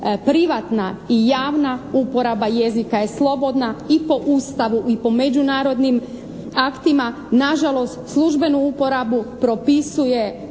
privatna i javna uporaba jezika je slobodna i po Ustavu i po međunarodnim aktima, nažalost službenu uporabu propisuje